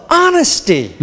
honesty